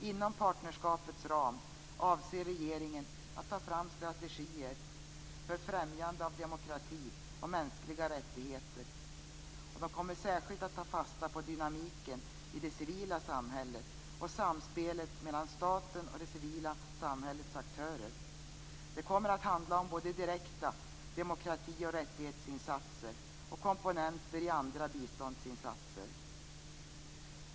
Inom partnerskapets ram avser regeringen att ta fram strategier för främjande av demokrati och mänskliga rättigheter. De kommer särskilt att ta fasta på dynamiken i det civila samhället och samspelet mellan staten och det civila samhällets aktörer. Det kommer att handla om både direkta demokrati och rättighetsinsatser och komponenter i andra biståndsinsatser.